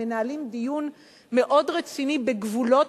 הם מנהלים דיון מאוד רציני בגבולות